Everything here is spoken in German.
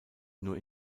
nur